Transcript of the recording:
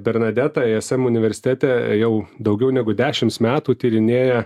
bernadeta ism universitete jau daugiau negu dešims metų tyrinėja